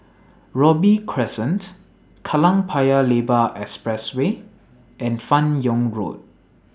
Robey Crescent Kallang Paya Lebar Expressway and fan Yoong Road